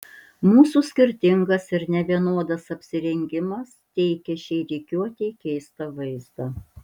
mūsų skirtingas ir nevienodas apsirengimas teikė šiai rikiuotei keistą vaizdą